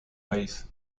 país